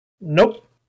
Nope